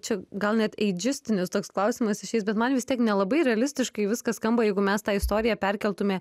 čia gal net eidžistinis toks klausimas išeis bet man vis tiek nelabai realistiškai viskas skamba jeigu mes tą istoriją perkeltume